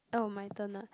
oh my turn ah